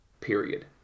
period